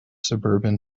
suburban